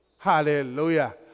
Hallelujah